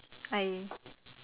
I